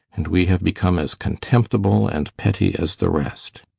and we have become as contemptible and petty as the rest.